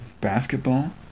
Basketball